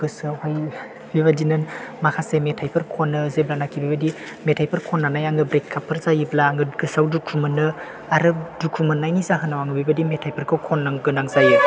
गोसोआव बेबायदिनो माखासे मेथाइफोरखौ खनो जेब्लानाकि बेबायदि मेथाइफोर खननानै आङो ब्रेकापफोर जायोब्ला आङो गोसोआव दुखु मोनो आरो दुखु मोननायनि जाहोनाव आङो बेबायदि मेथाइफोरखौ खननो गोनां जायो